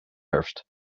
herfst